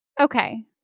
Okay